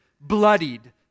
bloodied